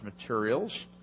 materials